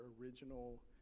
original